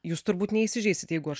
jūs turbūt neįsižeisit jeigu aš